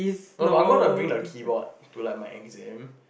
no but I'm going to bring the keyboard to like my exam